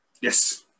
Yes